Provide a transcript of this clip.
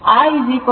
ಆದ್ದರಿಂದ r0